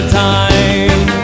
time